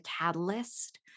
catalyst